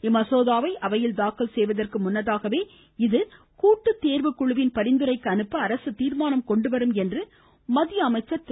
இம்மசோதாவை அவையில் தாக்கல் செய்வதற்கு முன்னதாகவே இது கூட்டுத் தேர்வுக் குழுவின் பரிந்துரைக்கு அனுப்ப அரசு தீர்மானம் கொண்டுவரும் என்று மத்திய அமைச்சர் திரு